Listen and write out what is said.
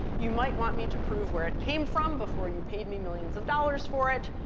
you might want me to prove where it came from before you paid me millions of dollars for it.